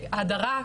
הסאגה.